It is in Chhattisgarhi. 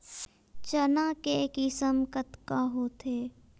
चना के किसम कतका होथे?